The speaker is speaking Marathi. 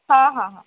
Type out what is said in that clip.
हां हां हां